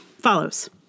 follows